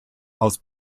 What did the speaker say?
aus